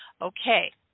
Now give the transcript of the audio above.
Okay